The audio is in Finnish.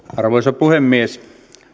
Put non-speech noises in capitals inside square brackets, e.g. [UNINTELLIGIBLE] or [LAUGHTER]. [UNINTELLIGIBLE] arvoisa puhemies